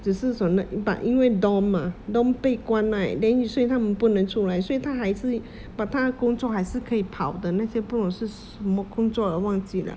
只是 but 因为 dorm mah dorm 被关 right then 所以他们不能出来所以他还是 but 他工作还是可以跑的那些不懂是什么工作的忘记了